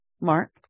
Mark